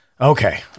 Okay